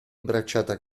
bracciata